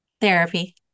Therapy